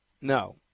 No